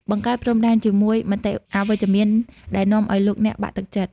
បង្កើតព្រំដែន ជាមួយមតិអវិជ្ជមានដែលនាំឱ្យលោកអ្នកបាក់ទឹកចិត្ត។